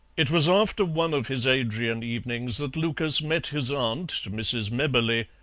it was after one of his adrian evenings that lucas met his aunt, mrs. mebberley,